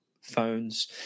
phones